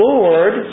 Lord